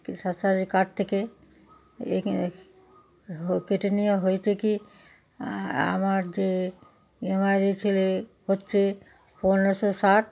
স্বাস্থ্য সাথী কার্ড থেকে এই কেটে নেওয়া হয়েছে কি আমার যে ই এম আই হচ্ছে পনেরশো ষাট